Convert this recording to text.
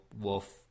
wolf